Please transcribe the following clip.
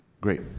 Great